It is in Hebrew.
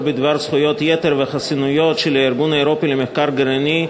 בדבר זכויות יתר וחסינויות של הארגון האירופי למחקר גרעיני,